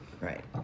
Right